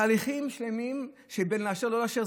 תהליכים שלמים בין לאשר ולא לאשר,